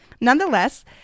Nonetheless